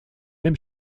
même